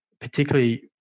particularly